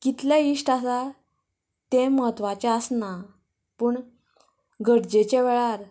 कितलें इश्ट आसा तें म्हत्वाचें आसना पूण गरजेचे वेळार